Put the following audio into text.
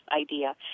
idea